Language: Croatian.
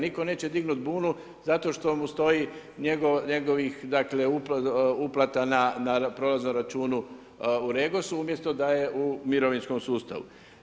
Nitko neće dignuti bunu, zato što mu stoji njegovih dakle, uplata na prolaznom računu u REGOS-u umjesto da je u mirovinskom sustavu.